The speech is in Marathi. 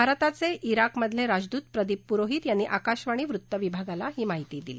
भारताचे शिकमधले राजदूत प्रदीप पुरोहित यांनी आकाशवाणी वृत्तविभागाला ही माहिती दिली